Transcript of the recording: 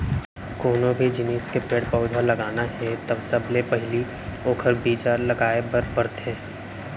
कोनो भी जिनिस के पेड़ पउधा लगाना हे त सबले पहिली ओखर बीजा लगाए बर परथे